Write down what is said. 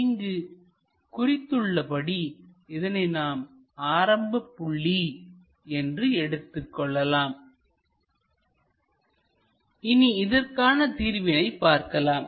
இங்கு குறித்துள்ளபடி இதனை நாம் ஆரம்பப்புள்ளி என்று எடுத்துக்கொள்ளலாம் இனி இதற்கான தீர்வினை பார்க்கலாம்